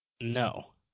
No